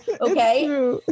okay